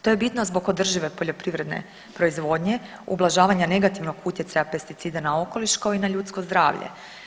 To je bitno zbog održive poljoprivredne proizvodnje, ublažavanja negativnog utjecaja pesticida na okoliš kao i na ljudsko zdravlje.